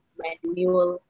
manual